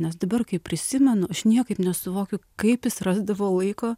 nes dabar kai prisimenu aš niekaip nesuvokiu kaip jis rasdavo laiko